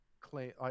claim